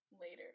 later